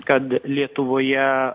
kad lietuvoje